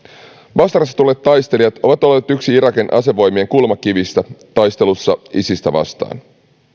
basrasta tulleet taistelijat ovat olleet yksi irakin asevoimien kulmakivistä taistelussa isistä vastaan